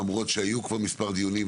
למרות שהיו כמה דיונים,